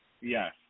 yes